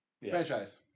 Franchise